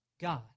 God